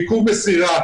עיכוב מסירה